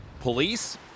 police